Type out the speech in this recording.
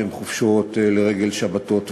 שהן לרגל שבתות וחגים.